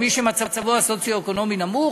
מי שמצבו הסוציו-אקונומי נמוך,